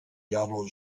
yellow